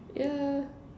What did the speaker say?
yeah